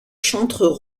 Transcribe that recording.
chantres